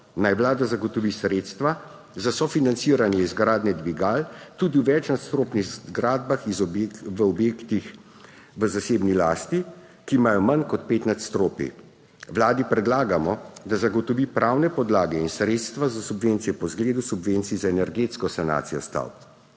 naj vlada zagotovi sredstva za sofinanciranje izgradnje dvigal tudi v večnadstropnih zgradbah v objektih v zasebni lasti, ki imajo manj kot pet nadstropij. Vladi predlagamo, da zagotovi pravne podlage in sredstva za subvencije po zgledu subvencij za energetsko sanacijo stavb.